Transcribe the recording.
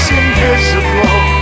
invisible